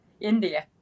India